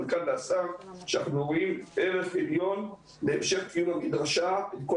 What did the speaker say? שאנחנו רואים ערך עליון בהמשך קיום המדרשה עם כל